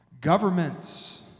governments